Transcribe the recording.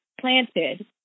planted